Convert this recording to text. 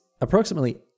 Approximately